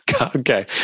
Okay